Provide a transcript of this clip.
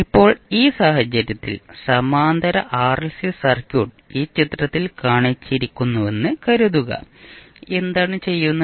ഇപ്പോൾ ഈ സാഹചര്യത്തിൽ സമാന്തര ആർഎൽസി സർക്യൂട്ട് ഈ ചിത്രത്തിൽ കാണിച്ചിരിക്കുന്നുവെന്ന് കരുതുക എന്താണ് ചെയ്യുന്നത്